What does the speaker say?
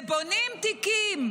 ובונים תיקים,